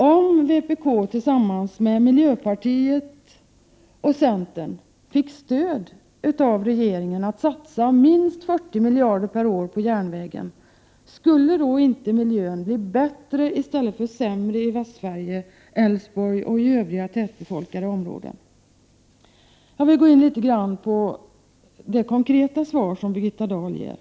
Om vpk tillsammans med miljöpartiet och centern fick stöd av regeringen för att satsa minst 40 miljarder per år på järnvägen, skulle då Prot. 1988/89:118 inte miljön i Västsverige, Älvsborgs län och övriga tätbefolkade områden bli 22 maj 1989 bättre i stället för sämre? Jag övergår nu till det konkreta svar som Birgitta Dahl lämnat.